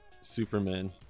Superman